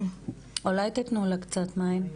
אולי תיתנו לה קצת מים?